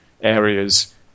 areas